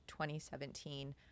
2017